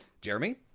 Jeremy